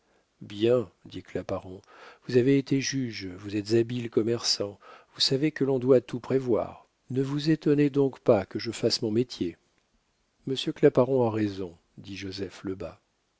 bien dit claparon vous avez été juge vous êtes habile commerçant vous savez que l'on doit tout prévoir ne vous étonnez donc pas que je fasse mon métier monsieur claparon a raison dit joseph